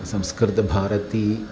Samskrita Bharati